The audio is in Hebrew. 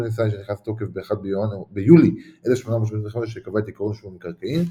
התוניסאי שנכנס לתוקף ב -1 ביולי 1885 שקבע את עקרון רישום המקרקעין,